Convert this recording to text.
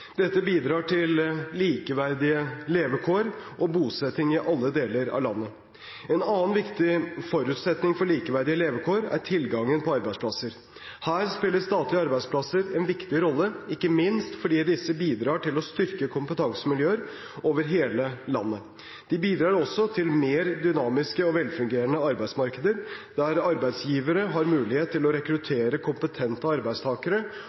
Dette bidrar til likeverdige levekår og bosetting i alle deler av landet. En annen viktig forutsetning for likeverdige levekår er tilgangen på arbeidsplasser. Her spiller statlige arbeidsplasser en viktig rolle, ikke minst fordi disse bidrar til å styrke kompetansemiljøer over hele landet. De bidrar også til mer dynamiske og velfungerende arbeidsmarkeder, der arbeidsgivere har mulighet til å rekruttere kompetente arbeidstakere,